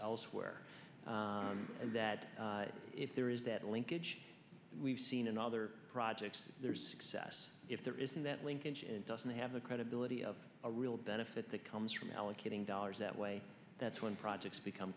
elsewhere and that if there is that linkage we've seen in other projects there's success if there isn't that linkage and doesn't have the credibility of a real benefit that comes from allocating dollars that way that's when projects become